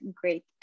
great